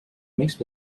mixed